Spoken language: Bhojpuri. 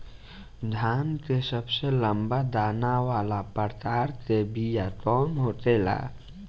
धान के सबसे लंबा दाना वाला प्रकार के बीया कौन होखेला?